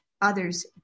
others